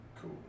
Cool